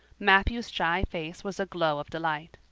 matthew's shy face was a glow of delight.